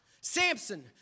Samson